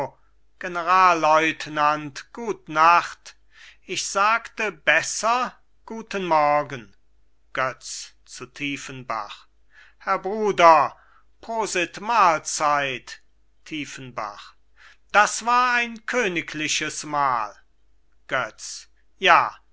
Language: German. generalleutnant gut nacht ich sagte besser guten morgen götz zu tiefenbach herr bruder prosit mahlzeit tiefenbach das war ein königliches mahl götz ja